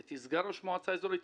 הייתי סגן ראש מועצה אזורית,